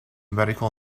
medical